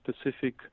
specific